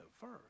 first